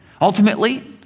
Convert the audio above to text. Ultimately